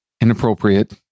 inappropriate